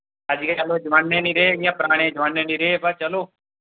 अज्ज कल ओह् जमानें निं रेह् इ'यां परानें जमानें निं रेह् पर चलो